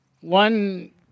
One